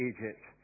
Egypt